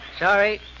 Sorry